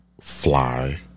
fly